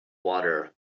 water